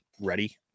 ready